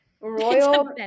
Royal